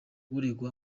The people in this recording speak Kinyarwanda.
aregwa